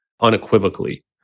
unequivocally